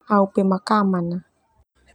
Au pemakaman.